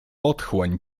otchłań